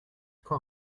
quand